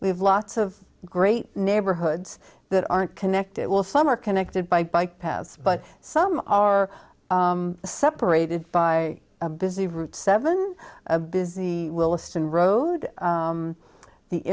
we have lots of great neighborhoods that aren't connected well some are connected by bike paths but some are separated by a busy route seven a busy williston road